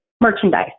merchandise